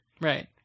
Right